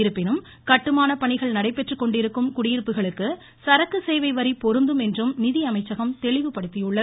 இருப்பினும் கட்டுமானப் பணிகள் நடைபெற்று கொண்டிருக்கும் குடியிருப்புகளுக்கு சரக்கு சேவை வரி பொருந்தும் என்றும் நிதியமைச்சகம் தெளிவுபடுத்தியுள்ளது